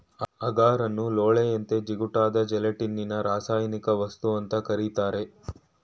ಅಗಾರನ್ನು ಲೋಳೆಯಂತೆ ಜಿಗುಟಾದ ಜೆಲಟಿನ್ನಿನರಾಸಾಯನಿಕವಸ್ತು ಅಂತ ಕರೀತಾರೆ